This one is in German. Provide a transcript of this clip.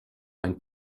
ein